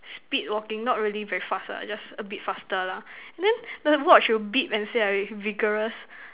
speed walking not really very fast ah just a bit faster lah then the watch will beep and say I vigorous